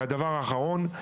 והדבר האחרון,